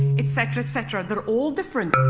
etc, etc, they're all different.